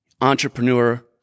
entrepreneur